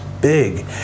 big